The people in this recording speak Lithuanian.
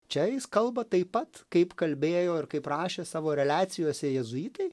čia jis kalba taip pat kaip kalbėjo ir kaip rašė savo reliacijose jėzuitai